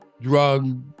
drug